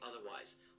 otherwise